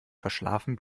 verschlafen